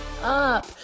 up